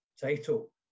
title